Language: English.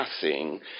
passing